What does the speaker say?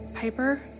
Piper